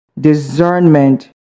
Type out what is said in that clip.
discernment